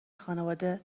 خانواده